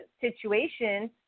situation